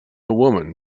woman